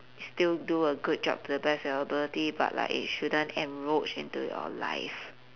still do a good job to the best of your ability but like it shouldn't encroach into your life